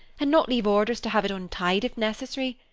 and not leave orders to have it untied if necessary.